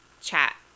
chat